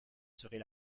serait